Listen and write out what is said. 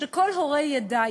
שכל הורה ידע,